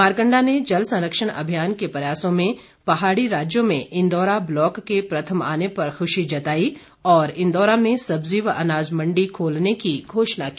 मारकंडा ने जल संरक्षण अभियान के प्रयासों में पहाड़ी राज्यों में इंदौरा ब्लॉक के प्रथम आने पर खुशी जताई और इंदौरा में सब्ज़ी व अनाज मंडी खोलने की घोषणा की